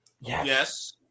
Yes